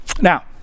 Now